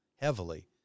Heavily